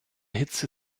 hitze